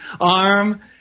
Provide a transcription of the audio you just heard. arm